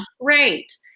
Great